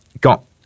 got